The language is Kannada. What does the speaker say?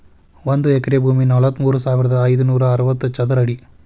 ಒಂದ ಎಕರೆ ಭೂಮಿ ನಲವತ್ಮೂರು ಸಾವಿರದ ಐದನೂರ ಅರವತ್ತ ಚದರ ಅಡಿ